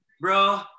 bro